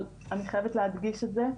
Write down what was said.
אבל אני חייבת להדגיש את זה,